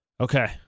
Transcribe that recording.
Okay